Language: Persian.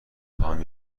خواهم